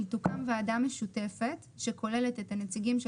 תוקם ועדה משותפת הכוללת את הנציגים של